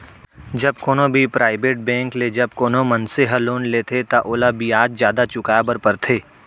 जब कोनो भी पराइबेट बेंक ले जब कोनो मनसे ह लोन लेथे त ओला बियाज जादा चुकाय बर परथे